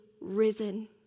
risen